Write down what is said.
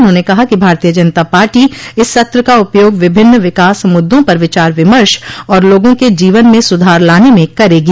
उन्होंने कहा कि भारतीय जनता पार्टी इस सत्र का उपयोग विभिन्न विकास मुद्दों पर विचार विमर्श और लोगों के जीवन में सुधार लाने में करेगी